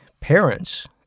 parents